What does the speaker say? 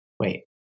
Wait